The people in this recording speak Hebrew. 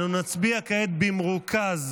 אנו נצביע כעת במרוכז,